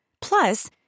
Plus